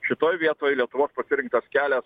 šitoj vietoj lietuvos pasirinktas kelias